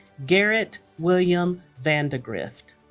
garrett william vandagrifft